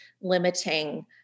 limiting